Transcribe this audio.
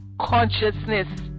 consciousness